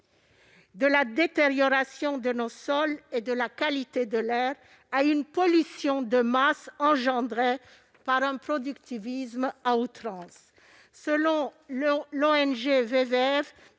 de la détérioration de nos sols et de la qualité de l'air à une pollution de masse engendrée par un productivisme à outrance. Selon l'ONG WWF,